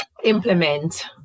Implement